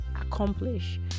accomplish